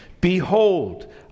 Behold